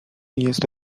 jest